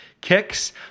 kicks